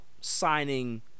signing